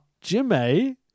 Jimmy